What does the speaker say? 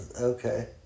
Okay